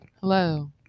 Hello